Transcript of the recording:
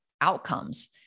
outcomes